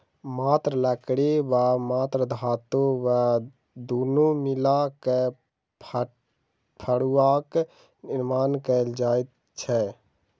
मात्र लकड़ी वा मात्र धातु वा दुनू मिला क फड़ुआक निर्माण कयल जाइत छै